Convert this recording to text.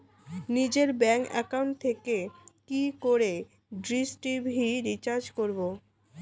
নিজের bank account থেকে কি করে ডিশ টি.ভি রিচার্জ করবো?